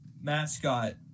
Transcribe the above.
mascot